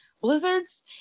blizzards